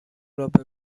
رابه